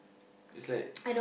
it's like